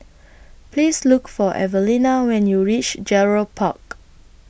Please Look For Evelena when YOU REACH Gerald Park